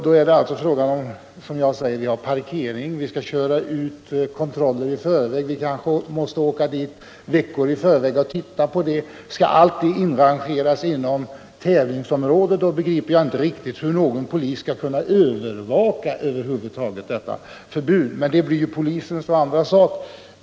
Då är det alltså fråga om parkering, att kontroller skall köras ut i förväg, att man kanske måste åka ut veckor i förväg för att titta på olika platser. Skall allt det inrangeras inom tävlingsområdet, då begriper jag inte riktigt hur någon polis skall kunna övervaka förbudet. Men det blir polisens och andras sak.